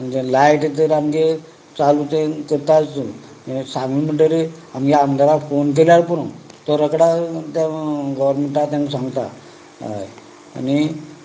जर लायट जर आमची चालू जायना हें सांगलें म्हणटकच आमच्या आमदाराक फोन केल्यार पुरो तो रोकडो तें गॉमँटाक तांकां सांगता हय आनी